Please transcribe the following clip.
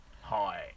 Hi